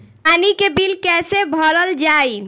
पानी के बिल कैसे भरल जाइ?